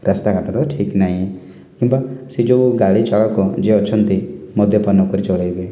ରାସ୍ତାଘାଟ ତ ଠିକ୍ ନାହିଁ କିମ୍ବା ସେଇ ଯେଉଁ ଗାଡ଼ି ଚାଳକ ଯିଏ ଅଛନ୍ତି ମଦ୍ୟପାନକରି ଚଳେଇବେ